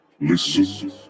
Listen